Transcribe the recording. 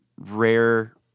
rare